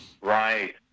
Right